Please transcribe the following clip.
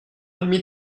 demi